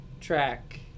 track